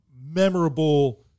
memorable